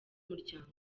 umuryango